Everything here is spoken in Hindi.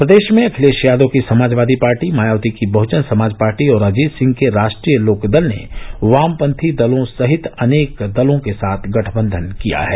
प्रदेश में अखिलेश यादव की समाजवादी पार्टी मायावती की बहुजन समाज पार्टी और अजित सिंह के राष्ट्रीय लोकदल ने वामपंथी दलों सहित अनेक दलों के साथ गठबंधन किया है